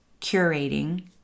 curating